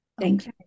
Thanks